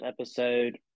episode